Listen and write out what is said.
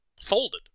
folded